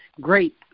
great